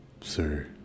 sir